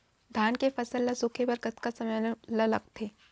धान के फसल ल सूखे बर कतका समय ल लगथे?